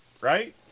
Right